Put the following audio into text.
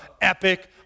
epic